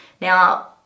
Now